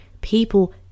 people